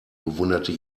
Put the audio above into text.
bewunderte